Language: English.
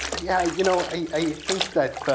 yeah, you know i think that